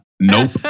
Nope